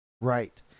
Right